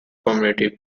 community